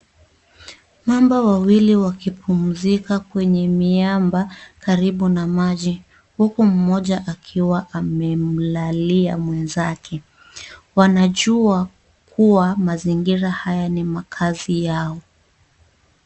Mamba wawili wakipumzika kwenye miamba karibu na maji, huku mmoja akiwa amemlalia mwenzake. Wanajua kuwa mazingira haya ni makazi yao.